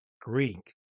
Greek